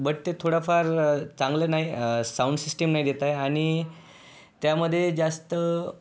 but ते थोडंफार चांगलं नाही साऊंड सिस्टीम नाही देत आहे आणि त्यामध्ये जास्त